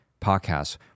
podcast